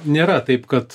nėra taip kad